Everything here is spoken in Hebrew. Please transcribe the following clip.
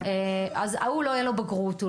אני כן אגיד שהיא חלק מרצף.